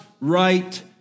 right